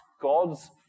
God's